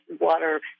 water